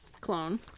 clone